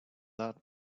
that